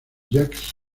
jazz